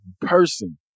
person